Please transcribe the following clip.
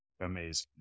amazing